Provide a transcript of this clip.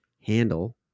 handle